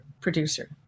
producer